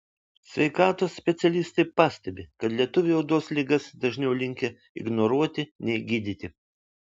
sveikatos specialistai pastebi kad lietuviai odos ligas dažniau linkę ignoruoti nei gydyti